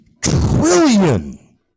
trillion